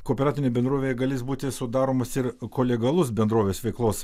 kooperatinė bendrovė galės būti sudaromas ir kolegialus bendrovės veiklos